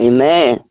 Amen